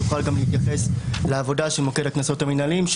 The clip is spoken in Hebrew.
היא תוכל גם להתייחס לעבודה של מוקד הקנסות המינהליים,